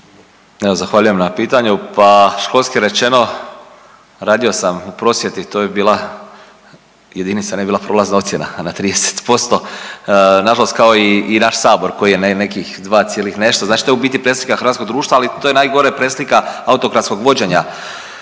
Evo zahvaljujem na pitanju. Pa školski rečeno radio sam u prosvjeti to bi bila jedinica, ne bi bila prolazna ocjena, a na 30%, nažalost i naš Sabor koji je na nekih dva cijelih nešto, znači to je u biti preslika hrvatskog društva, ali to je najgora preslika autokratskog vođenja